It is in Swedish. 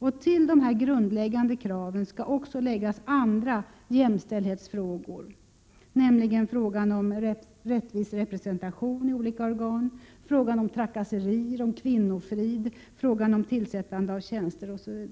Vid sidan av dessa grundläggande krav blir också vissa jämställdhetsfrågor aktuella, nämligen frågan om rättvis representation i olika organ, frågan om trakasserier, frågan om kvinnofrid, frågan om tillsättande av tjänster, osv.